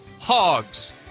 hogs